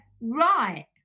right